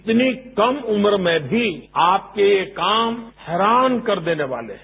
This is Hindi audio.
इतनी कम उम्र में भी आपके काम हैरान कर देने वाले हैं